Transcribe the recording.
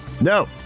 No